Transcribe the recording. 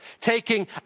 Taking